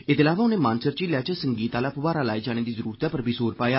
एह्दे अलावा उनें मानसर झीलै च संगीत आह्ला फुव्वारा लाए जाने दी जरूरतै पर बी जोर पाया